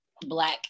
black